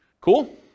Cool